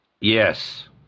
Yes